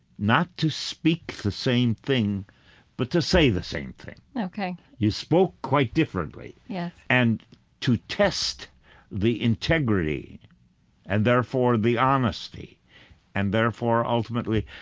not to speak the same thing but to say the same thing. you spoke quite differently. yeah and to test the integrity and, therefore, the honesty and, therefore, ultimately,